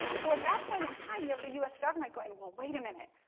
so, at that point in time, you have the us, government going well wait a minute,